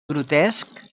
grotesc